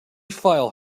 file